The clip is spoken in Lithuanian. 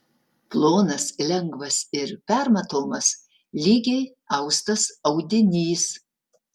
plonas lengvas ir permatomas lygiai austas audinys